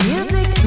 Music